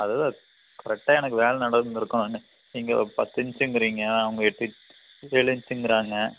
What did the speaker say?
அதுதான் கரெக்டாக எனக்கு வேலை நடந்திருக்கணும் நீங்கள் பத்து இன்ச்சுங்கிறீங்க அவங்க எட்டு இஞ்ச் ஏழு இன்ச்சுங்கிறாங்க